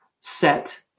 set